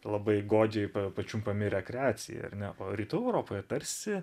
labai godžiai pačiumpami rekreacijai ar ne o rytų europoje tarsi